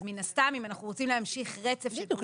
אז מן הסתם אם אנחנו רוצים להמשיך רצף של פקודת